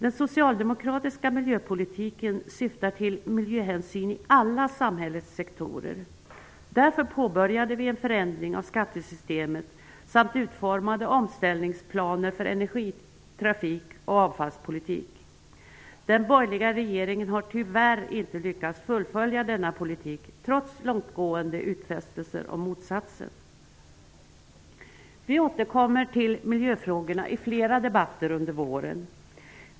Den socialdemokratiska miljöpolitiken syftar till miljöhänsyn i alla samhällets sektorer. Därför påbörjade vi en förändring av skattesystemet samt utformade omställningsplaner för energi-, trafikoch avfallspolitiken. Den borgerliga regeringen har tyvärr inte lyckats fullfölja denna politik trots långtgående utfästelser om motsatsen. Vi återkommer till miljöfrågorna i flera debatter under våren.